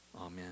Amen